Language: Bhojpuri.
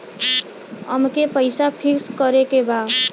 अमके पैसा फिक्स करे के बा?